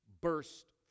burst